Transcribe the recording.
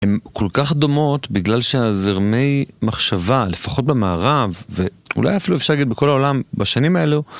הן כל כך דומות, בגלל שהזרמי... מחשבה, לפחות במערב, ו-אולי אפילו אפשר להגיד בכל העולם, בשנים האלו